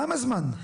כמה זמן?